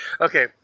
Okay